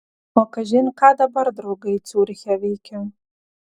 o kažin ką dabar draugai ciuriche veikia